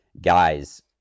guys